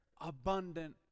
abundant